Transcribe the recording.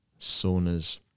saunas